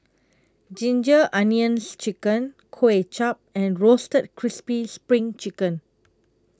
Ginger Onions Chicken Kuay Chap and Roasted Crispy SPRING Chicken